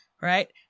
Right